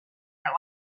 our